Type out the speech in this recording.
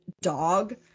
dog